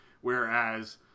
Whereas